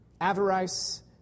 avarice